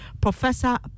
Professor